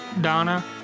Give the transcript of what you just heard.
Donna